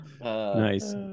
nice